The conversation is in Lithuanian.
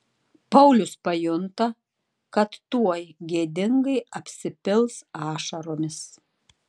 paulius pajunta kad tuoj gėdingai apsipils ašaromis